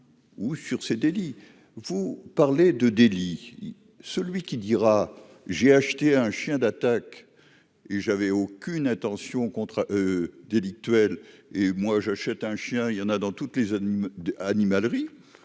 ou sur ces délits, vous parlez de délit, celui qui dira j'ai acheté un chien d'attaque et j'avais aucune intention délictuel et moi j'achète un chien il y en a dans toutes les zones d'animalerie,